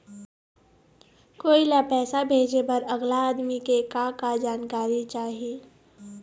कोई ला पैसा भेजे बर अगला आदमी के का का जानकारी चाही?